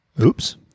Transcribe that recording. Oops